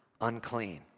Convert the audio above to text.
unclean